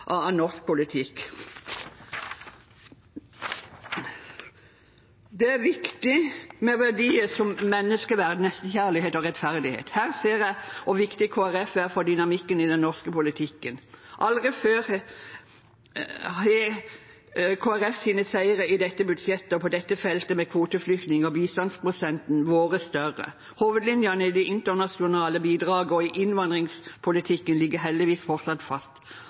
av norsk politikk. Det er viktig med verdier som menneskeverd, nestekjærlighet og rettferdighet. Her ser jeg hvor viktig Kristelig Folkeparti er for dynamikken i den norske politikken. Aldri før har Kristelig Folkepartis seire i budsjettet, og på dette feltet med kvoteflyktninger og bistandsprosenten, vært større. Hovedlinjene i det internasjonale bidraget og i innvandringspolitikken ligger heldigvis fortsatt fast,